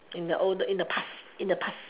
in the old in the past in the past